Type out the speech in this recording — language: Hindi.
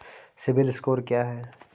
सिबिल स्कोर क्या है?